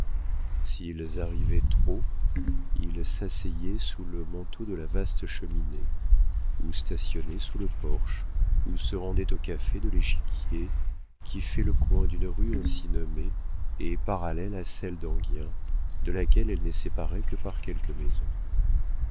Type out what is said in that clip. s'ils arrivaient trop tôt ils s'asseyaient sous le manteau de la vaste cheminée ou stationnaient sous le porche ou se rendaient au café de l'échiquier qui fait le coin d'une rue ainsi nommée et parallèle à celle d'enghien de laquelle elle n'est séparée que par quelques maisons